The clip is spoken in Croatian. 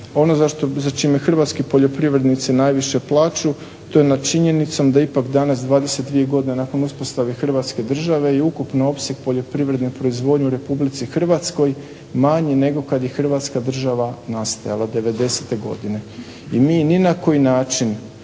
Ono za čime hrvatski poljoprivrednici najviše plaćaju to je nad činjenicom da ipak danas 22 godine nakon uspostave Hrvatske države i ukupno opseg poljoprivredne proizvodnje u Republici Hrvatskoj manji nego kad je Hrvatska država nastajala '90. godine. I mi ni na koji način